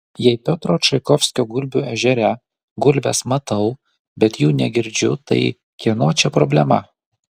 jei piotro čaikovskio gulbių ežere gulbes matau bet jų negirdžiu tai kieno čia problema